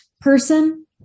person